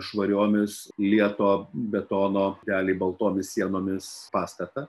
švariomis lieto betono realiai baltomis sienomis pastatą